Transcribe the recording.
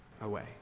away